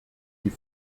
die